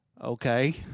okay